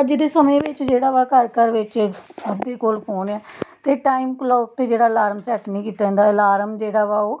ਅੱਜ ਦੇ ਸਮੇਂ ਵਿੱਚ ਜਿਹੜਾ ਵਾ ਘਰ ਘਰ ਵਿੱਚ ਸਭ ਦੇ ਕੋਲ ਫੋਨ ਆ ਅਤੇ ਟਾਈਮ ਕਲੋਕ 'ਤੇ ਜਿਹੜਾ ਅਲਾਰਮ ਸੈਟ ਨਹੀਂ ਕੀਤਾ ਜਾਂਦਾ ਅਲਾਰਮ ਜਿਹੜਾ ਵਾ ਉਹ